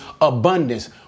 abundance